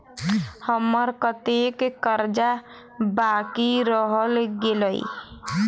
हम्मर कत्तेक कर्जा बाकी रहल गेलइ?